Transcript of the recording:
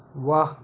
वाह